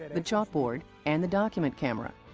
the chalkboard, and the document camera.